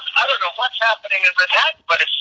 i don't know what's happening but